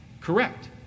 correct